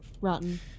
rotten